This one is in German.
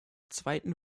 zweiten